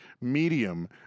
medium